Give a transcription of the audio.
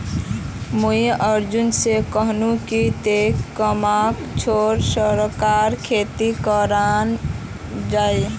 मुई अर्जुन स कहनु कि तोक मक्का छोड़े सरसोर खेती करना चाइ